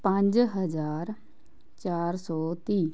ਪੰਜ ਹਜ਼ਾਰ ਚਾਰ ਸੌ ਤੀਹ